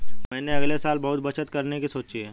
मैंने अगले साल बहुत बचत करने की सोची है